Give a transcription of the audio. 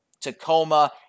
Tacoma